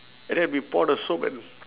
and then we pour the soap and